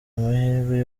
amahirwe